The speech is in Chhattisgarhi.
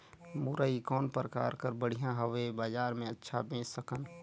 मुरई कौन प्रकार कर बढ़िया हवय? बजार मे अच्छा बेच सकन